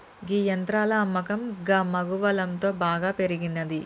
గీ యంత్రాల అమ్మకం గమగువలంతో బాగా పెరిగినంది